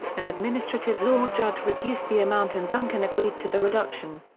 an administrative law judge reduced the amount and duncan agreed to the reduction.